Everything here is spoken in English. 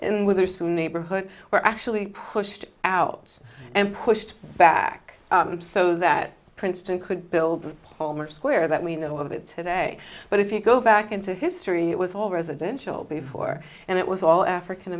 witherspoon neighborhood were actually pushed out and pushed back so that princeton could build the palmer square that we know of it today but if you go back into history it was all residential before and it was all african